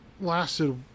lasted